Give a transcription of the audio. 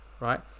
Right